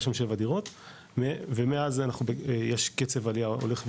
שם שבע דירות ומאז יש קצב עלייה הולך וגדל.